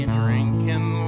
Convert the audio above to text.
drinking